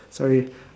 sorry